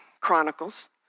Chronicles